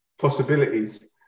possibilities